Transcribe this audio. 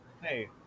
Hey